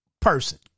person